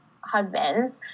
husbands